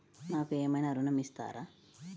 నాకు ఏమైనా ఋణం ఇస్తారా?